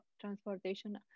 transportation